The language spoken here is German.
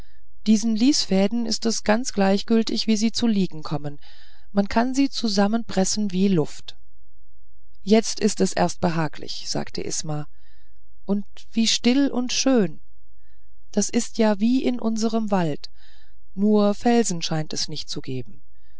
diesen lisfäden ist es ganz gleichgültig wie sie zu liegen kommen man kann sie zusammenpressen wie luft jetzt ist es erst behaglich sagte isma und wie still und schön das ist ja wie in unserem wald nur felsen scheint es nicht zu geben